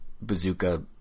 bazooka